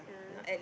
yeah